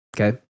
Okay